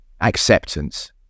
Acceptance